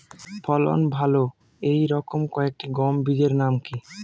ফলন ভালো এই রকম কয়েকটি গম বীজের নাম কি?